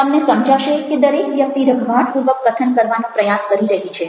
તમને સમજાશે કે દરેક વ્યક્તિ રઘવાટપૂર્વક કથન કરવાનો પ્રયાસ કરી રહી છે